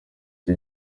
ico